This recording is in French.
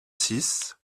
six